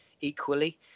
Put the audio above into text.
equally